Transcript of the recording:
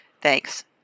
thanks